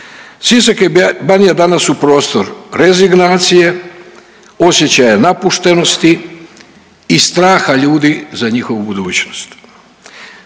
Sisak i Banija danas su prostor rezignacije, osjećaja napuštenosti i straha ljudi za njihovu budućnost.